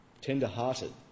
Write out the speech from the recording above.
tender-hearted